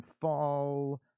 fall